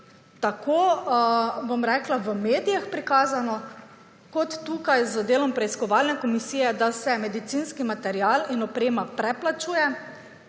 tako, bom rekla, v medijih prikazano, kot tukaj, z delom preiskovalne komisije, da se medicinski material in oprema preplačuje,